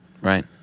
right